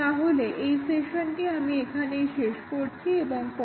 তাহলে এই সেশনটি আমি এখানেই শেষ করছি এবং পরবর্তী সেশনে আমরা এইখান থেকে আলোচনা শুরু করবো